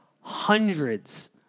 hundreds